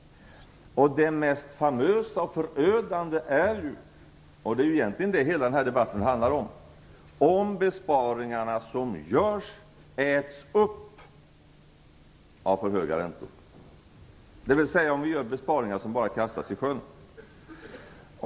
Det mest famösa och förödande är emellertid, och det är egentligen det som hela den här debatten handlar om, ifall de besparingar som görs äts upp av för höga räntor, dvs. om vi gör besparingar som bara kastas i sjön.